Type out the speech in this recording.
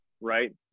right